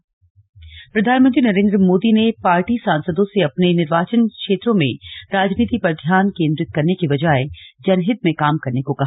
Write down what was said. slug PM और सांसद प्रधानमंत्री नरेन्द्र मोदी ने पार्टी सांसदों से अपने निर्वाचन क्षेत्रों में राजनीति पर ध्यान केन्द्रित करने की बजाय जनहित में काम करने को कहा